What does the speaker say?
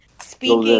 speaking